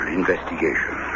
investigation